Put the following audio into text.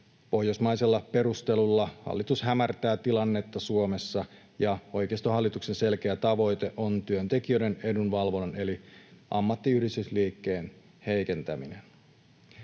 Pohjoismaisella perustelulla hallitus hämärtää tilannetta Suomessa, ja oikeistohallituksen selkeä tavoite on työntekijöiden edunvalvonnan eli ammattiyhdistysliikkeen heikentäminen.